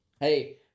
Hey